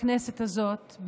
בכנסת הזאת,